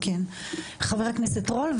חבר הכנסת רול,